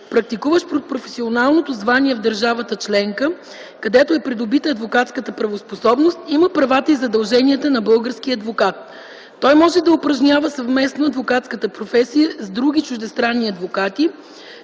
практикуващ под професионалното звание в държавата членка, където е придобита адвокатската правоспособност, има правата и задълженията на българския адвокат. Той може да упражнява съвместно адвокатската професия с други чуждестранни адвокати,